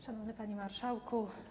Szanowny Panie Marszałku!